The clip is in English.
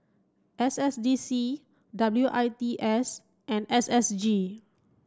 S S D C W I T S and S S G